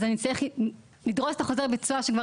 אז אני אצטרך לדרוס את החוזר ביצוע שכבר